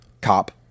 cop